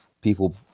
people